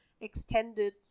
extended